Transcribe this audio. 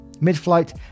Mid-flight